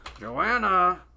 joanna